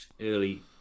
early